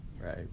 right